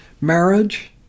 Marriage